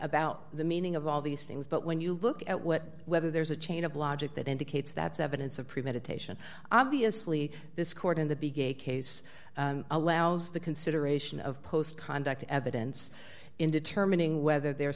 about the meaning of all these things but when you look at what whether there's a chain of logic that indicates that's evidence of premeditation obviously this court in the big a case allows the consideration of post conduct evidence in determining whether the